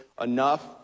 enough